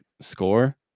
score